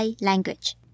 language